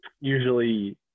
usually